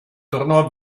tornò